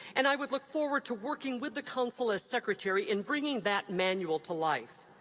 and i would look forward to working with the council as secretary in bringing that manual to life.